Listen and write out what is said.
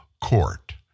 court